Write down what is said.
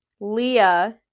Leah